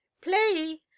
play